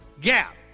gap